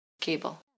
Cable